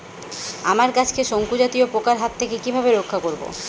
আমার গাছকে শঙ্কু জাতীয় পোকার হাত থেকে কিভাবে রক্ষা করব?